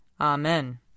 Amen